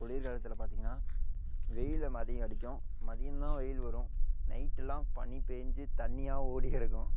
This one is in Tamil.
குளிர்காலத்தில் பார்த்திங்கன்னா வெயில் அதிகம் அடிக்கும் மதியம் தான் வெயில் வரும் நைட்டுலாம் பனி பெஞ்சி தண்ணியாக ஓடி கிடக்கும்